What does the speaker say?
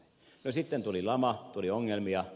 no sitten tuli lama tuli ongelmia